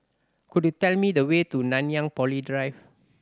could you tell me the way to Nanyang Poly Drive